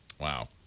wow